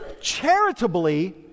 charitably